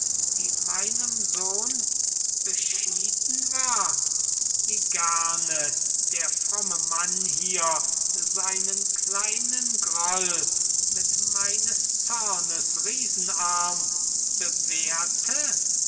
die meinem sohn beschieden war wie gerne der fromme mann hier seinen kleinen groll mit meines zornes riesenarm bewehrte